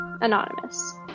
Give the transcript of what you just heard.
Anonymous